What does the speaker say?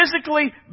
physically